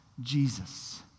Jesus